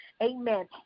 amen